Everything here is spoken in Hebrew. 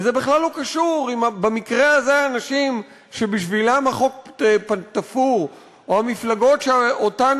וזה בכלל לא קשור אם במקרה הזה האנשים שבשבילם החוק תפור או המפלגות שאותן